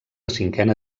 cinquena